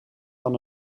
van